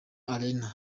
arena